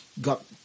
got